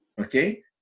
Okay